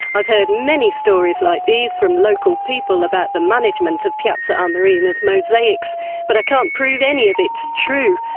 i've heard many stories like these from local people about the management of piazza armerina's mosaics but i can't prove any of it's true.